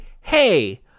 Hey